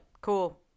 cool